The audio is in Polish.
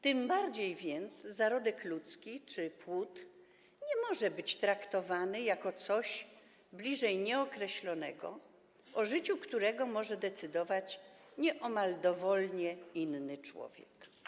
Tym bardziej więc zarodek ludzki czy płód nie może być traktowany jako coś bliżej nieokreślonego, o życiu którego może decydować nieomal dowolnie inny człowiek.